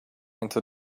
into